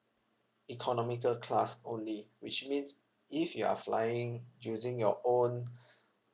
economical class only which means if you're flying using your own